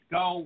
go